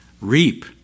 reap